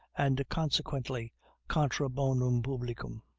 and consequently contra bonum publicum.